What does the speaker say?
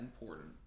important